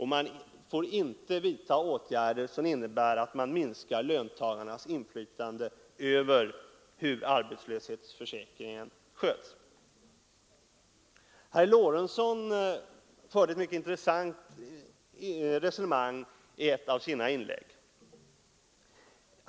Man får inte vidta åtgärder som innebär att man minskar löntagarnas inflytande över hur arbetslöshetsförsäkringen sköts. Herr Lorentzon förde ett mycket intressant resonemang i ett av sina inlägg.